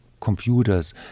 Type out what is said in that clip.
computers